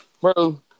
Bro